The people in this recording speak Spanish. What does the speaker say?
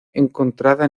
encontrada